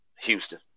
Houston